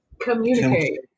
communicate